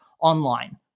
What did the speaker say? online